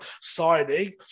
signing